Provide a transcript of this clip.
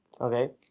okay